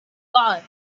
gar